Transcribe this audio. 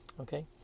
okay